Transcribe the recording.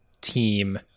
team